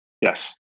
Yes